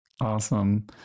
Awesome